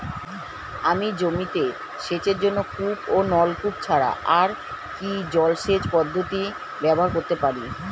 আমি জমিতে সেচের জন্য কূপ ও নলকূপ ছাড়া আর কি জলসেচ পদ্ধতি ব্যবহার করতে পারি?